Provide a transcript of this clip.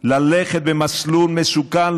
ללכת במסלול מסוכן,